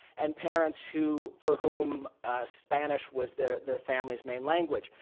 and parents who for whom spanish was their their family's main language.